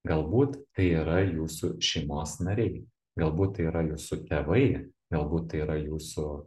galbūt tai yra jūsų šeimos nariai galbūt tai yra jūsų tėvai galbūt tai yra jūsų